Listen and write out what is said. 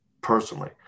personally